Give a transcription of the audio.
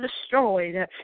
destroyed